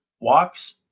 Walks